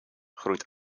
groeit